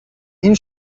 این